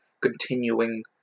continuing